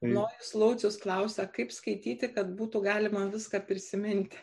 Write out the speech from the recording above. nojus laucius klausia kaip skaityti kad būtų galima viską prisiminti